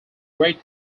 great